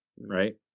right